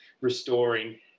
restoring